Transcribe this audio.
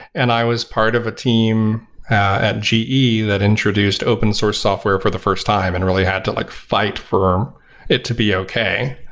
and i was part of a team at ge that introduced open source software for the first time and really had to like fight for it to be okay.